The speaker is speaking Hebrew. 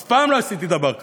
אף פעם לא עשיתי דבר כזה.